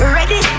Ready